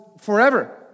forever